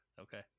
okay